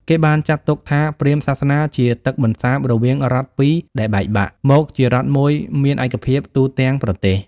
គេបានចាត់ទុកថា ព្រាហ្មណ៍សាសនាជាទឹកបន្សាបរវាងរដ្ឋពីរដែលបែកបាក់ មកជារដ្ឋមួយមានឯកភាពទូទាំងប្រទេស។